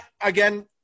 again